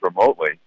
remotely